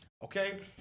Okay